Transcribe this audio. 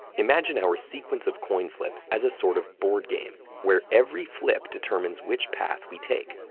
imagine our sequence of coin flips as a sort of board game, where every flip determines which path we take.